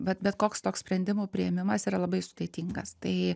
vat bet koks toks sprendimų priėmimas yra labai sudėtingas tai